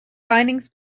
findings